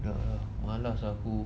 malas aku